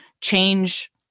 change